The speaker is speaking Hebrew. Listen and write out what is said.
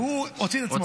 הוא הוציא את עצמו.